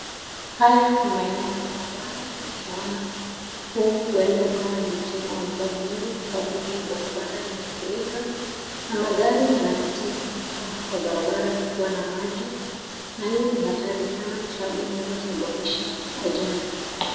Haya ni maeneo ya barabara, na tunaona huenda huu ukawa ni msimu wa mvua mingi, kwa sababu hii barabara imefurika na magari yanapitia huko kwa barabara kukukiwa na maji, na hii ni hatari sana kwa sababu inaweza sababisha ajali.